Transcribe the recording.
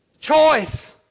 Choice